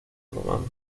romana